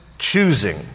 Choosing